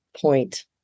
point